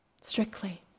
strictly